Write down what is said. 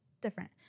different